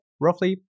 roughly